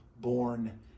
born